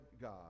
God